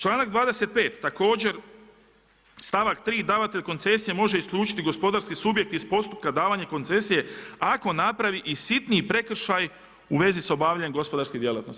Članak 25. također, stavak 3., davatelj koncesija može isključiti gospodarski subjekt iz postupka davanja koncesije ako napravi i sitni prekršaj u vezi sa obavljanjem gospodarske djelatnosti.